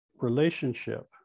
relationship